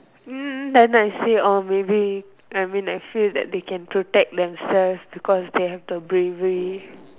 hmm then I say orh maybe I mean I feel that they can protect themselves because they have the bravery